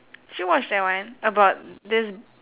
did you watch that one about this